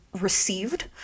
received